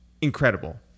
incredible